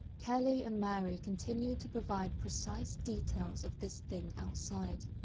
kelly and mary continued to provide precise details of this thing outside.